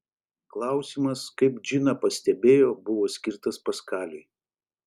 klausimas kaip džina pastebėjo buvo skirtas paskaliui